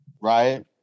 Right